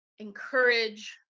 encourage